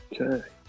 Okay